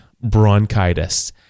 bronchitis